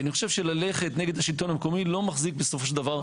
כי אני חושב שללכת נגד השלטון המקומי לא מחזיק בסופו של דבר,